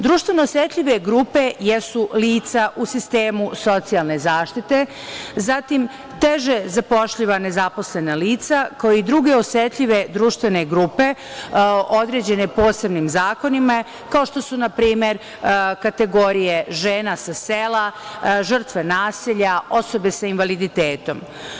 Društveno osetljive grupe jesu lica u sistemu socijalne zaštite, zatim teže zapošljiva nezaposlena lica, kao i druge osetljive društvene grupe određene posebnim zakonima, kao što su npr. kategorije žena sa sela, žrtve nasilja, osobe sa invaliditetom.